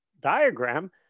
diagram